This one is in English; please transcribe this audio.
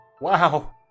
Wow